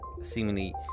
seemingly